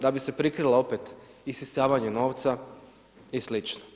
Da bi se prikrila opet isisavanje novca i sl.